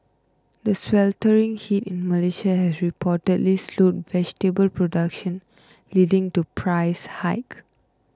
the sweltering heat in Malaysia has reportedly slowed vegetable production leading to price hike